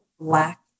black